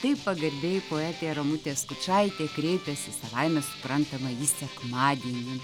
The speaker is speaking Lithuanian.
taip pagarbiai poetė ramutė skučaitė kreipėsi savaime suprantama į sekmadienį